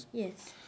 yes